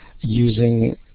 using